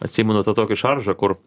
atsimenu tą tokį šaržą kur